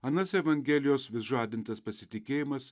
anas evangelijos vis žadintas pasitikėjimas